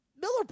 Miller